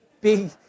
Big